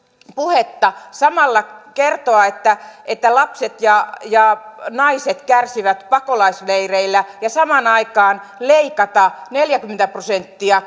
puhetta samalla kertoa että että lapset ja ja naiset kärsivät pakolaisleireillä ja samaan aikaan leikata neljäkymmentä prosenttia